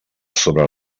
sobre